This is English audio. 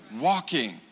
walking